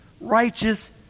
righteous